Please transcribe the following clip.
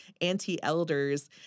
anti-elders